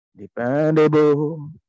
dependable